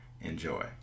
Enjoy